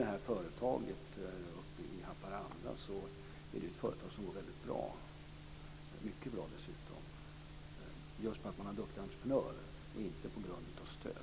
Det här företaget uppe i Haparanda som nämns är ju ett företag som går mycket bra. Det beror just på att man har duktiga entreprenörer och inte på stöd.